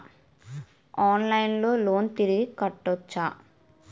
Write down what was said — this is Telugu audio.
ఆన్లైన్లో లోన్ తిరిగి కట్టోచ్చా?